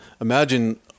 imagine